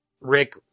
Rick